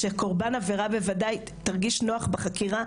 שקורבן עבירה בוודאי תרגיש נוח בחקירה.